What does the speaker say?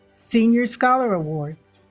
senior scholar awards